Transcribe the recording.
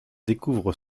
découvre